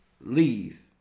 Leave